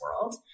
world